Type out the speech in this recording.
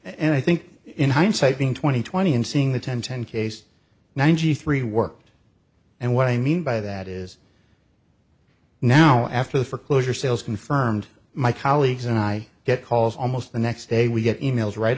nd i think in hindsight being twenty twenty and seeing the ten ten case ninety three worked and what i mean by that is now after the foreclosure sales confirmed my colleagues and i get calls almost the next day we get e mails right